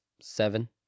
seven